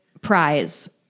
prize